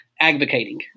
advocating